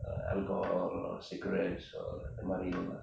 alcohol or cigarettes அந்த மாதிரி:antha maathiri